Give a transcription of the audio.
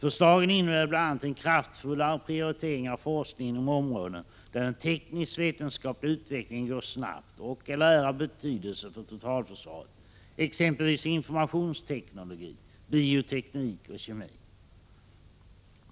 Förslagen innebär bl.a. en kraftfullare prioritering av forskningen inom områden där den teknisktvetenskapliga utvecklingen går snabbt och/eller är av vital betydelse för totalförsvaret, exempelvis informationsteknologi, bioteknik och kemi.